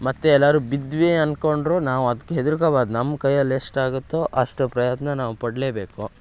ಮತ್ತು ಎಲ್ಲಾದ್ರು ಬಿದ್ವಿ ಅಂದ್ಕೊಂಡ್ರು ನಾವು ಅದ್ಕೆ ಹೆದ್ರುಕಬಾರ್ದು ನಮ್ಮ ಕೈಯಲ್ಲಿ ಎಷ್ಟು ಆಗುತ್ತೋ ಅಷ್ಟು ಪ್ರಯತ್ನ ನಾವು ಪಡಲೇಬೇಕು